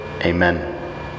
Amen